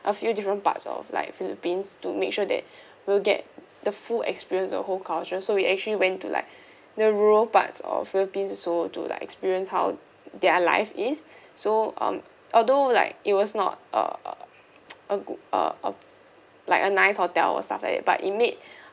a few different parts of like philippines to make sure that we will get the full experience a whole culture so we actually went to like the rural parts of philippines so to like experience how their life is so um although like it was not a a a good a a like a nice hotel or stuff like that but it made